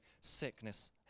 sickness